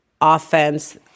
offense